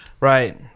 Right